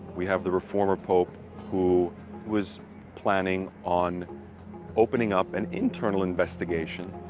we have the reformer pope who was planning on opening up an internal investigation